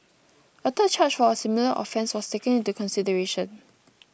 a third charge for a similar offence was taken into consideration